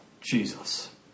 Jesus